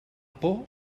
por